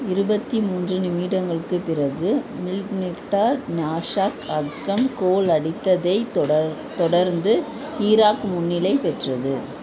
இருபத்து மூன்று நிமிடங்களுக்குப் பிறகு மில்க் மிக்ட்டார் நாஷாத் அக்ரம் கோல் அடித்ததைத் தொடர் தொடர்ந்து ஈராக் முன்னிலை பெற்றது